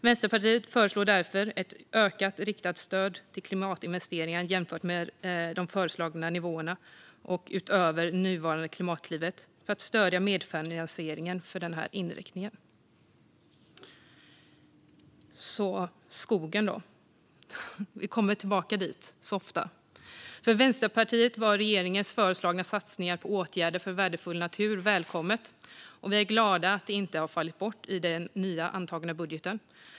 Vänsterpartiet föreslår därför ett ökat riktat stöd för medfinansiering av klimatinvesteringar jämfört med de föreslagna nivåerna och utöver nuvarande Klimatklivet. Sedan frågan om skogen, som vi så ofta kommer tillbaka till. För Vänsterpartiet var regeringens föreslagna satsningar på åtgärder för värdefull natur välkomna. Vi är glada att de inte har fallit bort i den nya antagna budgeten.